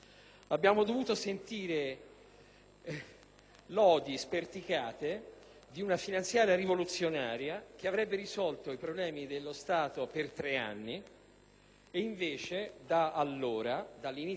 lodi sperticate di una finanziaria rivoluzionaria, che avrebbe risolto i problemi dello Stato per tre anni; invece da allora, dall'inizio della legislatura, si sono succeduti